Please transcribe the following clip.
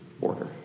order